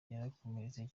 yarakomeretse